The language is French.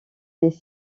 des